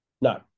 no